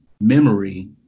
memory